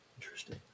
Interesting